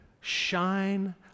shine